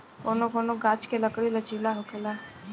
कौनो कौनो गाच्छ के लकड़ी लचीला होखेला